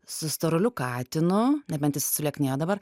su storuliu katinu nebent jis sulieknėjo dabar